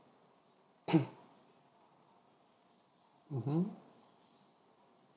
mmhmm